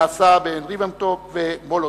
שנעשה בין ריבנטרופ ומולוטוב.